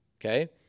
okay